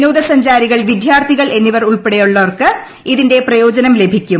വിനോദസഞ്ചാരികൾ വിദ്യാർത്ഥികൾ എന്നിവർ ഉൾപ്പെടെയുള്ളവർക്ക് ഇതിന്റെ പ്രയോജനം ലഭിക്കും